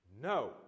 No